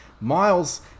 Miles